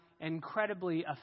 incredibly